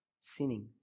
sinning